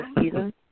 season